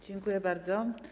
Dziękuję bardzo.